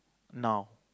now